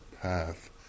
path